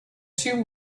two